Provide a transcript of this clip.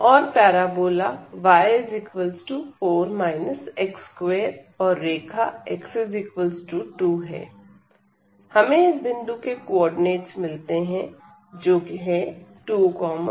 और parabola y4 x2 और रेखा x2 हमें इस बिंदु के कोऑर्डिनेटस मिलते हैं जो है 20